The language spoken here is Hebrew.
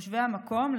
לתושבי המקום,